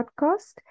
podcast